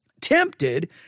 tempted